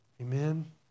Amen